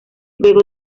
luego